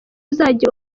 uzajya